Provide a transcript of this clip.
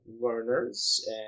learners